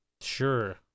sure